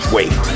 Wait